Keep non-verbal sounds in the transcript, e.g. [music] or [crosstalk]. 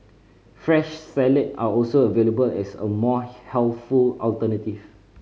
fresh salad are also available as a more [unintelligible] healthful alternative